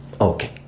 Okay